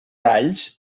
alls